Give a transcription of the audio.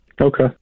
Okay